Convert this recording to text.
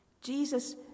Jesus